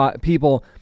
people